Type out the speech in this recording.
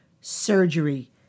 surgery